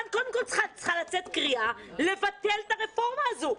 צריכה קודם כל לצאת מכאן קריאה לבטל את הרפורמה הזאת,